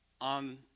on